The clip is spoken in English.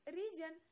region